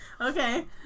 Okay